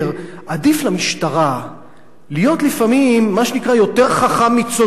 עדיף למשטרה להיות לפעמים מה שנקרא יותר חכם מצודק,